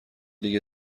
لیگ